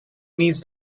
needs